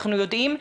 אנחנו יודעים.